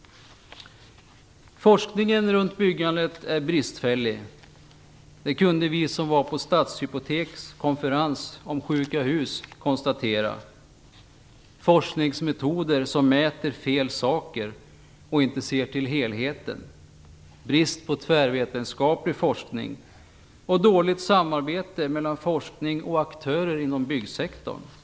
Forskningen kring byggandet är bristfällig. Det kunde vi som var på Stadshypoteks konferens om sjuka hus konstatera. Man använder sig av forskningsmetoder som mäter fel saker och inte ser till helheten. Det råder brist på tvärvetenskaplig forskning. Samarbetet mellan forskning och aktörer inom byggsektorn är dåligt.